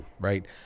right